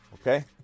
okay